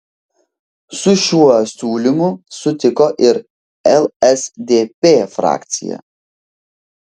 su šiuo siūlymu sutiko ir lsdp frakcija